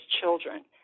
children